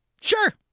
sure